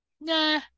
Nah